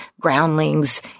groundlings